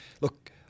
look